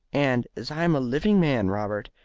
and, as i am a living man, robert,